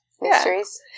mysteries